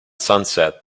sunset